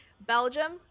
Belgium